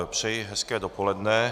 Přeji hezké dopoledne.